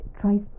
tries